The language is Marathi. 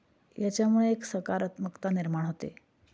याच्यामुळे एक सकारात्मकता निर्माण होते